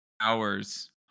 hours